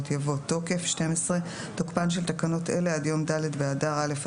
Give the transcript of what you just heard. יבוא: "תוקף 12. תוקפן של תקנות אלה עד יום ד' באדר א'